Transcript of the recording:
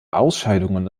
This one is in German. ausscheidungen